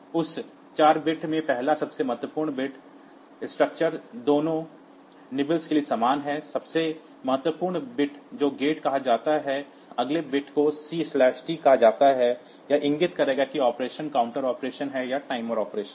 उस 4 बिट्स में पहला सबसे महत्वपूर्ण बिट स्ट्रक्चर दोनों निबल्स के लिए समान है सबसे महत्वपूर्ण बिट को गेट कहा जाता है अगले बिट को CT कहा जाता है यह इंगित करेगा कि ऑपरेशन काउंटर ऑपरेशन है या टाइमर ऑपरेशन